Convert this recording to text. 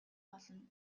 болно